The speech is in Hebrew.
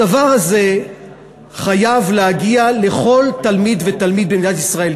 הדבר הזה חייב להגיע לכל תלמיד ותלמיד במדינת ישראל.